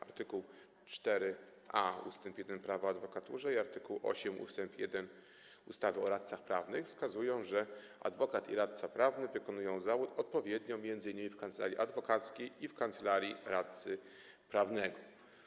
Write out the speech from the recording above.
Art. 4a ust. 1 Prawa o adwokaturze i art. 8 ust. 1 ustawy o radcach prawnych wskazują, że adwokat i radca prawny wykonują zawód odpowiednio m.in. w kancelarii adwokackiej i w kancelarii radcy prawnego.